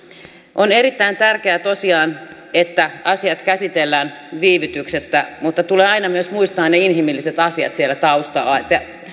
on erittäin tärkeää tosiaan että asiat käsitellään viivytyksettä mutta tulee aina myös muistaa ne inhimilliset asiat siellä taustalla